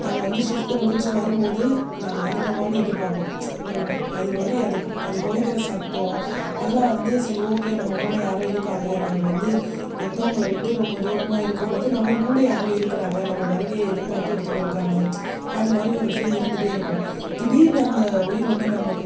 நாங்கள் வந்து ஷிப்ட் முடித்து வரும்போது நாங்கள் வந்துவிட்டோமான்னு எட்டி பார்க்கும் நாங்கள் அது மாதிரி அது குலைக்கிற சத்தம் அதெல்லாம் வந்து சரி ஓகே நம்ம கூட யாரும் இருக்காங்க நாங்கள் வந்து பெற்றவங்கள விட்டு ரொம்ப தூரமாக இருக்கும்போது நம்மளை கூட யாரும் இருக்கிறாங்க நம்ம வருகையை எதிர்பார்த்து ஒருத்தவங்க இருக்காங்க அந்த மாதிரி ஒரு ஃபீல் இருந்துகிட்டே இருக்கும் திடீரென்னு அந்த உயிர் வந்து நம்ம கிட்டே